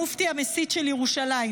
המופתי המסית של ירושלים.